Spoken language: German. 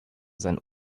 sein